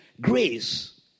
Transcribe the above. Grace